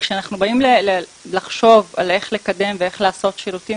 וכשאנחנו באים לחשוב על איך לקדם ואיך לעשות שירותים